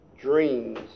dreams